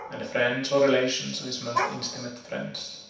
and the friends or relations of his most intimate friends.